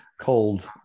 cold